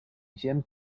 atm